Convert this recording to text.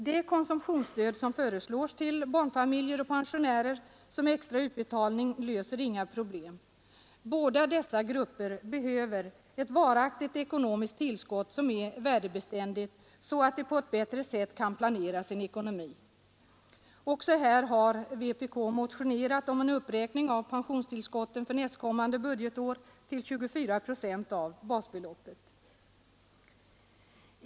Det konsumtionsstöd som föreslås till barnfamiljer och pensionärer i form av extra utbetalning löser inga problem. Båda dessa grupper behöver ett varaktigt ekonomiskt tillskott som är värdebeständigt, så att de på ett bättre sätt kan planera sin ekonomi. Också här har vpk motionerat om en uppräkning av pensionstillskotten för nästkommande budgetår till 24 procent av basbeloppet.